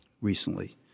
recently